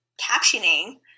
captioning